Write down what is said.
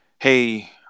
hey